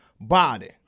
body